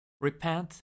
Repent